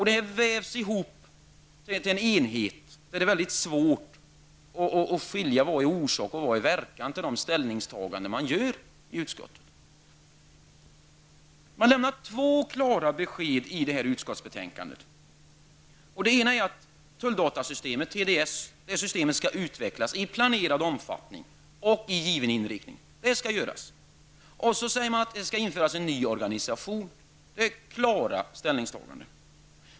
Detta vävs ihop till en enhet, och det är väldigt svårt att skilja på vad som är orsak till och verkan av de ställningstaganden man gör i utskottet. Man ger två klara besked i detta utskottsbetänkande. Det ena är att TDS, tulldatasystemet, skall utvecklas i planerad omfattning och ha en given inriktning. Vidare säger man att det skall införas en ny organisation. Detta är klara ställningstaganden.